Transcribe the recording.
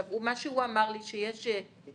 מה שהוא אמר לי, שבשנת